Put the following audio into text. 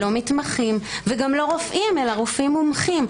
לא מתמחים וגם לא רופאים, אלא רופאים מומחים.